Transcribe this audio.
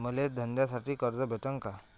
मले धंद्यासाठी कर्ज भेटन का?